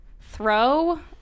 throw